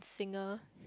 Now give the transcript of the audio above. singer